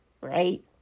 right